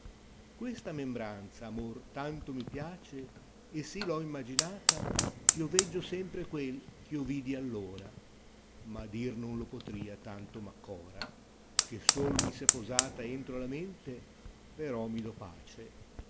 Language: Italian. questa membranza amor tanto mi piace e si l ho immaginata ch io veggio sempre quel eh io vidi allora ma dir non lo potria tanto m accora che sol mi s è posata entro alla mente però mi do pace